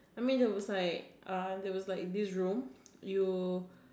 I mean there was like uh there was like this room you